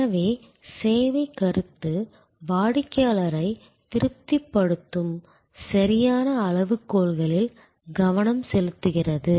எனவே சேவைக் கருத்து வாடிக்கையாளரை திருப்திப்படுத்தும் சரியான அளவுகோல்களில் கவனம் செலுத்துகிறது